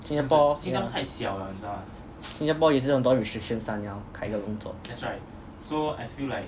新加坡 yeah 新加坡也是很多 restrictions ah 你才可以工作